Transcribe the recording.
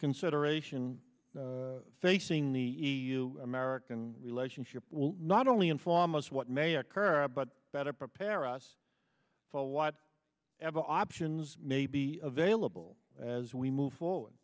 consideration facing the e u american relationship will not only inform us of what may occur but better prepare us for what ever options may be available as we move forward